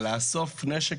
לאסוף נשק